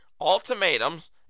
ultimatums